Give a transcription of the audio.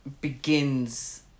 begins